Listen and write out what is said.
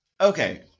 okay